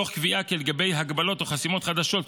תוך קביעה כי לגבי הגבלות או חסימות חדשות,